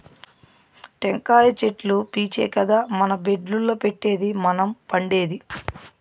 టెంకాయ చెట్లు పీచే కదా మన బెడ్డుల్ల పెట్టేది మనం పండేది